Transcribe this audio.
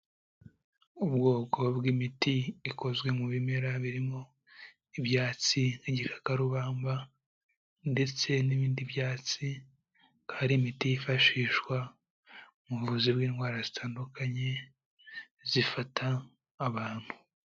Ubwoko bw'imiti ikozwe mu bimera birimo ibyatsi n'igikakarubamba ndetse n'ibindi byatsi, ikaba ari imiti yifashishwa mu buvuzi bw'indwara zitandukanye zifata abantu.